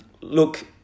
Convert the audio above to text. look